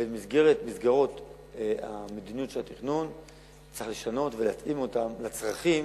ואת מסגרות מדיניות התכנון צריך לשנות ולהתאים לצרכים